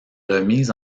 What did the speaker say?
remise